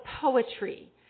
poetry